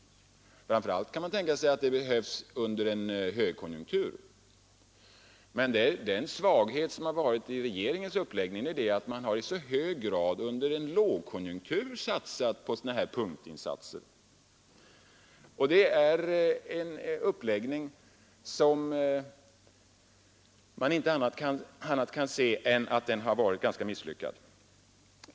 Framför allt kan man tänka sig att det behövs under en högkonjunktur. Men svagheten i regeringens uppläggning är att regeringen under en lågkonjunktur i så hög grad har satsat på sådana här punktinsatser. Man kan inte se annat än att denna uppläggning varit ganska misslyckad.